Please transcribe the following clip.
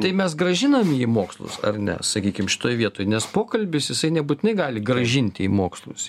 tai mes grąžinam jį į mokslus ar ne sakykim šitoj vietoj nes pokalbis jisai nebūtinai gali grąžinti į mokslus